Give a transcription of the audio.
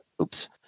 oops